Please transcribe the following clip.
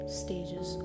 stages